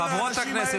--- חברות הכנסת,